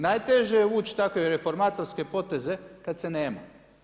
Najteže je vući takve reformatorske poteze kada se nema.